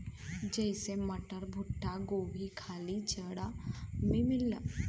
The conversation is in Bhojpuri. जइसे मटर, भुट्टा, गोभी खाली जाड़ा मे मिलला